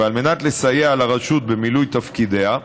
ועל מנת לסייע לרשות במילוי תפקידיה,